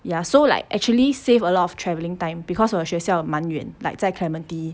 ya so like actually save a lot of travelling time because 我学校蛮远 like 在 clementi